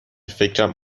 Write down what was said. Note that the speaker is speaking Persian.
فکرم